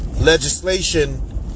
legislation